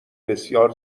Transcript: بسیار